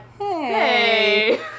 Hey